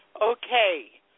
Okay